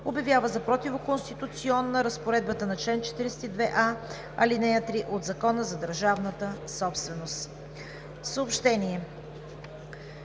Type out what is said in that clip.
обявява за противоконституционна разпоредбата на чл. 42а, ал. 3 от Закона за държавната собственост. Заместник